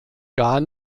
gar